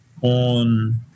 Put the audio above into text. on